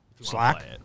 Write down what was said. Slack